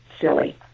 silly